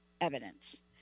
evidence